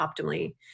optimally